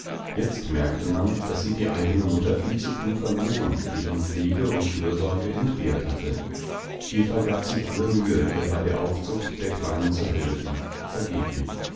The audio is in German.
jetzt merkte man daß sie die eigene mutter viel zu früh verloren deren pflege und fürsorge entbehrt hatte eva gab sich alle mühe ihr bei der aufzucht der kleinen zu helfen vergeblich